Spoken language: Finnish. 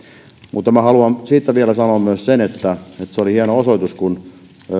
mutta minä haluan siitä vielä sanoa myös sen että se oli hieno osoitus kun